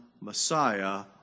Messiah